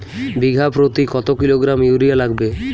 বিঘাপ্রতি কত kilogram urea লাগবে?